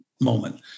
moment